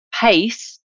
pace